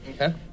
Okay